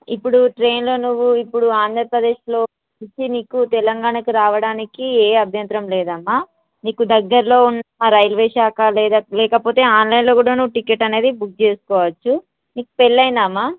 ఇప్పుడు ట్రైన్లో నువ్వు ఇప్పుడు ఆంధ్రప్రదేశ్ నుంచి నీకు తెలంగాణకు రావడానికి ఏ అభ్యంతరం లేదమ్మ నీకు దగ్గరలో ఉన్న రైల్వే శాఖ లేదా లేకపోతే ఆన్లైన్లో కూడా నువ్వు టికెట్ అనేది బుక్ చేసుకోవచ్చు నీకు పెళ్ళి అయిందా అమ్మ